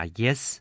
yes